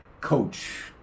coach